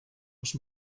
les